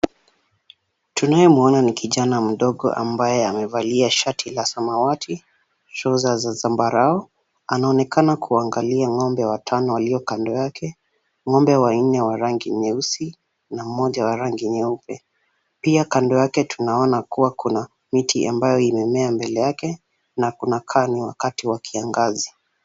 Tunayemuona ni kijana mdogo ambaye amevalia shati la samawati, trouser za zambarau. Anaonekana kuangalia ng'ombe watano walio kando yake. Ng'ombe wanne wa rangi nyeusi na mmoja wa rangi nyeupe. Pia kando yake tunaona kuwa kuna miti ambayo imemea mbele yake na kunakaa ni wakati wa kiangazi.